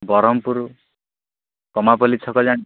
ବ୍ରହ୍ମପୁର କମାହାପାଲି ଛକ ଯାଏଁ